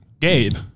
Gabe